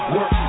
Work